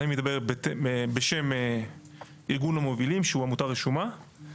אני מדבר בשם ארגון המובילים, שהוא עמותה רשומה.